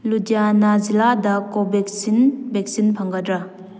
ꯂꯨꯙꯤꯌꯥꯅꯥ ꯖꯤꯂꯥꯗ Covaxin vaccine ꯐꯪꯒꯗ꯭ꯔꯥ